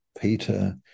Peter